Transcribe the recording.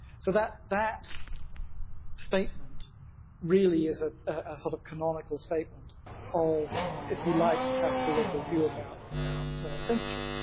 so that that statement really is a ah sort of canonical statement of if you like the classical liberal view about about censorship.